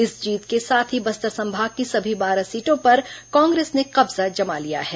इस जीत के साथ ही बस्तर संभाग की सभी बारह सीटों पर कांग्रेस ने कब्जा जमा लिया है